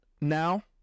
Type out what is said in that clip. now